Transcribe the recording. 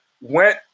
went